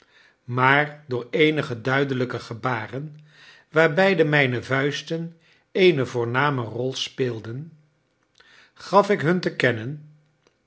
maar door eenige duidelijke gebaren waarbij mijne vuisten eene voorname rol speelden gaf ik hun te kennen